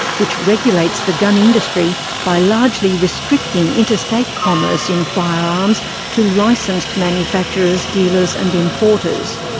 which regulates the gun industry by largely restricting interstate commerce in firearms to licensed manufacturers, dealers and importers.